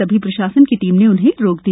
तभी प्रशासन की टीम ने उन्हें रोक दिया